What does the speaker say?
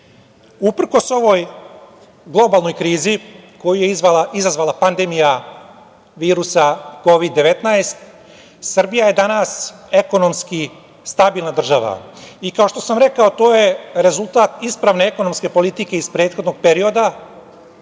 Uprkos ovoj globalnoj krizi koju je izazvala pandemija virusa Kovid 19, Srbija je danas ekonomski stabilna država. Kao što sam rekao, to je rezultat ispravne ekonomske politike iz prethodnih perioda,